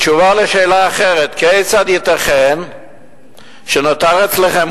בתשובה על שאלה אחרת: כיצד ייתכן שנותר אצלכם